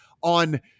on